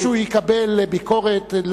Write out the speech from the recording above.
ביקורתך,